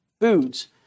Foods